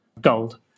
gold